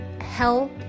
hell